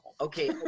okay